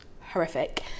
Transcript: horrific